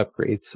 upgrades